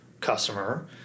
customer